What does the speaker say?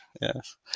yes